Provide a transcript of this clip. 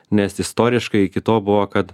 nes istoriškai iki to buvo kad